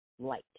light